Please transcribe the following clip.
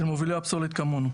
של מובילי הפסולת כמונו.